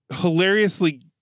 hilariously